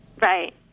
Right